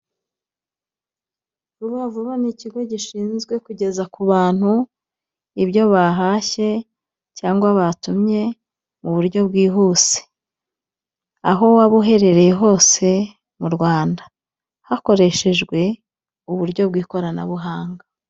Vuba vuba ni ikigo gishinzwe kugeza ku bantu ibyo bahashye cyangwa batumye mu buryo bwihuse, aho waba uherereye hose mu Rwanda hakoreshejwe uburyo bw'ikoranabuhanga.